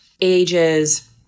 ages